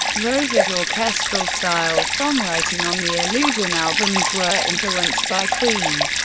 rose's orchestral-style songwriting on the illusion albums were influenced by queen,